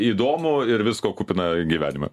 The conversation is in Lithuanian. įdomu ir visko kupiną gyvenimą